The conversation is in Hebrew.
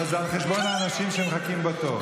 אבל זה על חשבון אנשים שמחכים בתור.